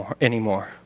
anymore